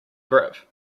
grip